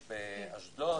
באשדוד,